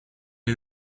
est